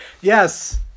Yes